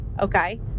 okay